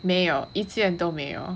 没有一件都没有